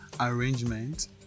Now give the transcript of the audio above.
arrangement